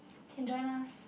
can join us